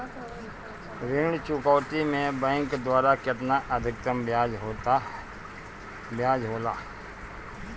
ऋण चुकौती में बैंक द्वारा केतना अधीक्तम ब्याज होला?